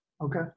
Okay